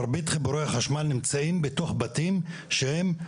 מרבית חיבורי החשמל נמצאים בתוך בתים שהם,